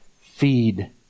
feed